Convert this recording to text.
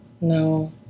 no